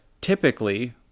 typically